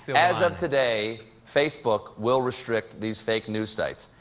as of today, facebook will restrict these fake news sites.